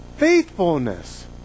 faithfulness